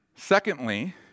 Secondly